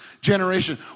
generation